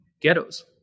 ghettos